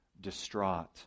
distraught